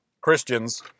Christians